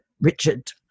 richard